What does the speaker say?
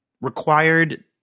required